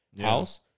house